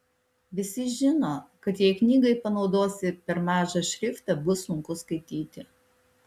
visi žino kad jei knygai panaudosi per mažą šriftą bus sunku skaityti